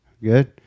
Good